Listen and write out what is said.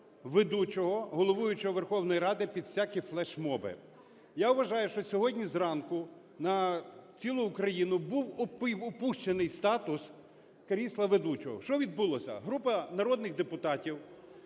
ведучого, головуючого Верховної Ради під всякі флешмоби. Я вважаю, що сьогодні зранку на цілу Україну був опущений статус крісла ведучого. Що відбулося? Група народних депутатів